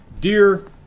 Dear